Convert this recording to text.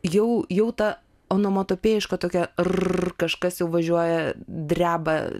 jau jau ta onomatopėjiška tokia r kažkas jau važiuoja dreba